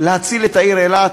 להציל את העיר אילת.